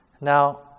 Now